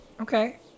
Okay